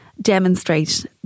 demonstrate